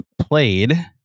played